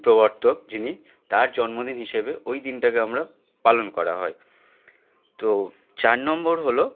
প্রবর্তক যিনি তার জন্মদিন হিসেবে ওই দিনটাকে আমরা পালন করা হয় তো চার নম্বর হলো